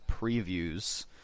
previews